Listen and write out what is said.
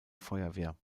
feuerwehr